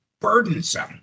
burdensome